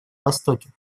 востоке